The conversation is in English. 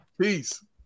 Peace